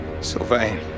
Sylvain